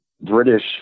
British